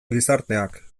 gizarteak